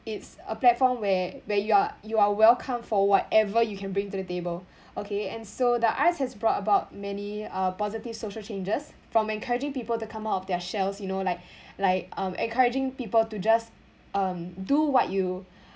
it's a platform where where you are you are welcome for whatever you can bring to the table okay and so the arts has brought about many uh positive social changes from encouraging people to come out of their shells you know like like um encouraging people to just um do what you